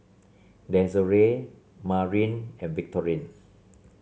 Desirae Marin and Victorine